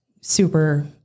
super